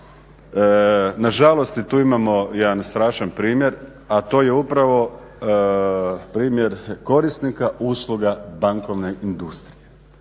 Nažalost, tu imamo jedan strašan primjer, a to je upravo primjer korisnika usluga bankovne industrije.